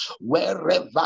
wherever